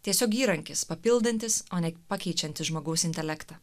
tiesiog įrankis papildantis o ne pakeičiantis žmogaus intelektą